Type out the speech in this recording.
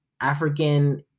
African